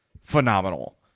phenomenal